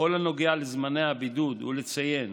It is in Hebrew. בכל הנוגע לזמני הבידוד ולציין